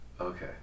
Okay